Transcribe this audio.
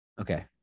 Okay